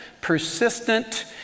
persistent